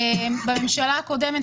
בממשלה הקודמת,